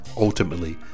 ultimately